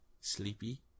sleepy